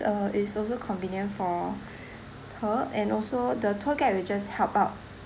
uh is also convenient for her and also the tour guide will just help out